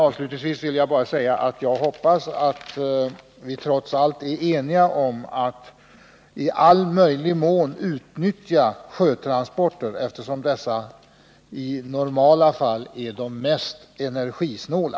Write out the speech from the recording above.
Avslutningsvis vill jag bara säga att jag hoppas att vi trots allt är eniga om att i all möjlig mån utnyttja sjötransporter, eftersom dessa i normala fall är de mest energisnåla.